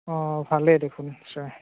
অঁ ভালেই দেখোন ছাৰ